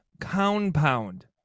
compound